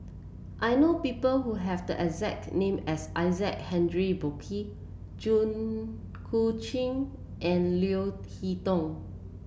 I know people who have the exact name as Isaac Henry Burkill Jit Koon Ch'ng and Leo Hee Tong